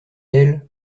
elle